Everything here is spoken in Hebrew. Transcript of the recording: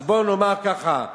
אז בוא נאמר ככה: